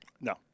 No